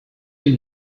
you